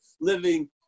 living